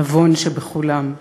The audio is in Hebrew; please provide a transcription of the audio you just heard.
הנבון שבכולם,